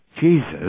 Jesus